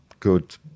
good